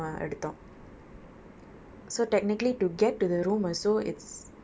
நாமே வந்து அந்த:naame vanthu antha private ஆனா:aana area மாதிரி:maathiri room மை எடுத்தோம்:mai eduthom